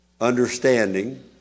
understanding